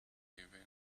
event